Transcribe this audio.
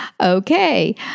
okay